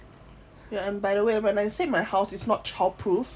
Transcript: you and by the way when I say my house is not child proof